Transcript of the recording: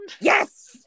Yes